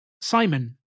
Simon